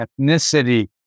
ethnicity